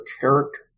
character